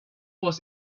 was